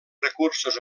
recursos